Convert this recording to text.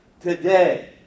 today